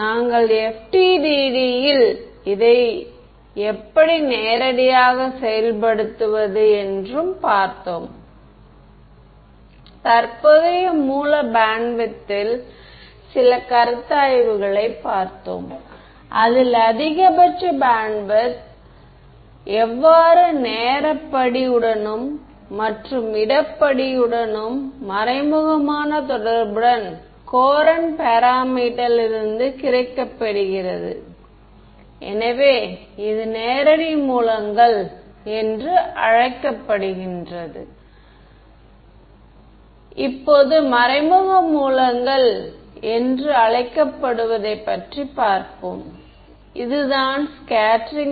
எங்கள் முடிவு என்னவென்றால் கோஆர்டினேட் ஸ்ட்ரெட்ச்சிங் பேராமீட்டர் யை மாற்றுவதன் மூலம் நான் ஒரு லாசி மீடியதில் 0 ரெபிலேக்ஷனை பெற முடியும் என்பதாகும்